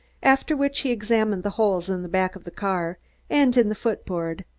after which he examined the holes in the back of the car and in the foot-board.